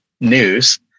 news